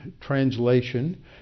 translation